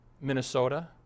Minnesota